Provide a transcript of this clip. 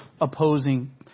opposing